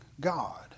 God